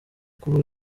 kubura